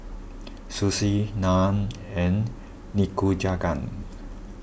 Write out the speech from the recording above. Sushi Naan and Nikujaga